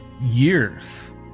Years